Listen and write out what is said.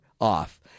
off